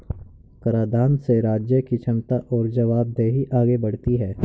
कराधान से राज्य की क्षमता और जवाबदेही आगे बढ़ती है